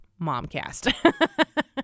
Momcast